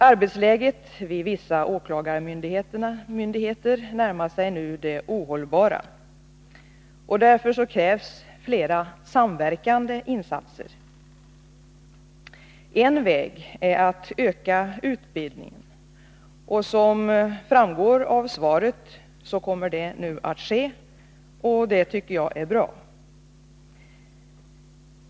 Arbetsläget vid vissa åklagarmyndigheter närmar sig nu det ohållbara, och därför krävs flera samverkande insatser. En väg är att öka utbildningen, och som framgår av svaret kommer detta nu att ske. Det tycker jag är bra.